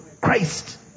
Christ